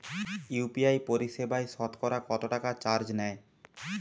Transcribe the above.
UPI পরিসেবায় সতকরা কতটাকা চার্জ নেয়?